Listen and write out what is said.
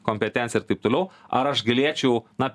kompetenciją ir taip toliau ar aš galėčiau na